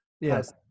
yes